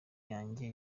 yanjye